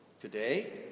Today